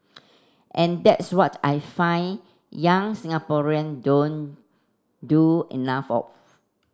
and that's what I find young Singaporean don't do enough of